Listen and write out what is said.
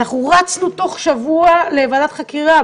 אנחנו רצנו תוך שבוע לוועדת חקירה,